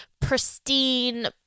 pristine